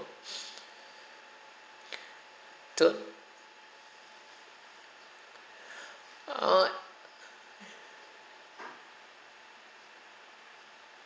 to err